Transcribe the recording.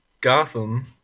Gotham